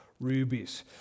rubies